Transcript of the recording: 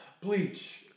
bleach